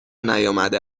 نیامده